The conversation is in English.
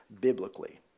biblically